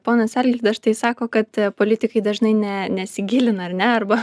ponas alvydas štai sako kad politikai dažnai ne nesigilina ar ne arba